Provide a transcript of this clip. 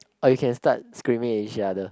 or you can start screaming with each other